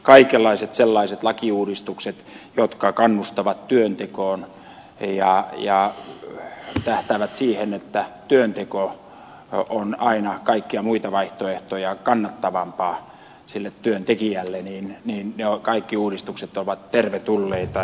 kaikenlaiset sellaiset lakiuudistukset jotka kannustavat työntekoon ja tähtäävät siihen että työnteko on aina kaikkia muita vaihtoehtoja kannattavampaa sille työntekijälle ovat tervetulleita